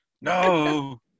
No